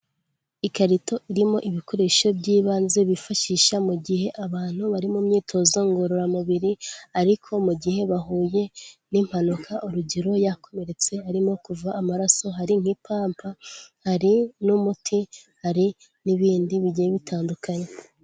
Ikarito irimo ibikoresho by'ibanze bifashisha mu gihe abantu bari mu myitozo ngororamubiri ariko mu gihe bahuye n'impanuka, urugero yakomeretse arimo kuva amaraso, hari nk'ipamba, hari n'umuti hari n'ibindi bigiye bitandukanye.